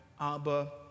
Abba